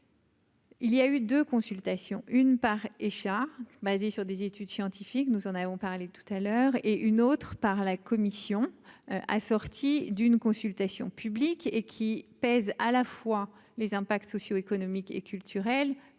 Il y a eu de consultation une part et chars basée sur des études scientifiques, nous en avons parlé tout à l'heure et une autre par la Commission, assortie d'une consultation publique et qui pèse à la fois les impacts socio-économiques et culturels